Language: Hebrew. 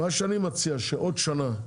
מה שאני מציע, זה שעוד שנה,